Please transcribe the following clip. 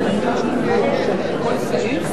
רבותי.